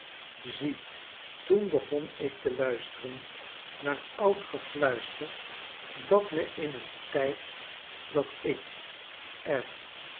zie toen begon ik te luisteren naar oud gefluister dat me in een tyd dat ik er